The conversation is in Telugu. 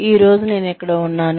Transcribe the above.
ఈ రోజు నేను ఎక్కడ ఉన్నాను